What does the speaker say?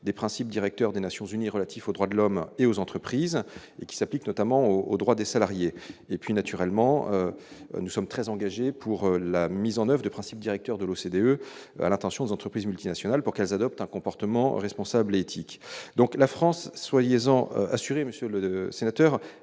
des principes directeurs des Nations unies relatifs aux droits de l'homme et aux entreprises et qui s'applique notamment aux droits des salariés et puis naturellement nous sommes très engagés pour la mise en oeuvre principes directeurs de l'OCDE à l'attention aux entreprises multinationales pour qu'elles adoptent un comportement responsable et éthique donc la France soit liaisons assuré Monsieur le de sénateurs,